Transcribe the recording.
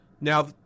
Now